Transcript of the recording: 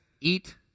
eat